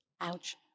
Ouch